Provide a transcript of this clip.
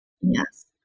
yes